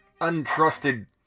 untrusted